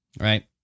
Right